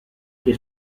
che